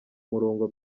murongo